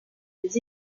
les